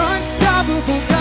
Unstoppable